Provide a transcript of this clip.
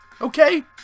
Okay